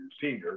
senior